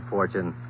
Fortune